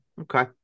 Okay